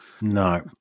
no